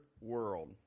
world